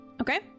Okay